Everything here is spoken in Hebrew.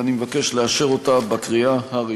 ואני מבקש לאשר אותה בקריאה הראשונה.